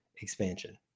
expansion